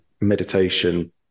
meditation